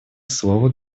слово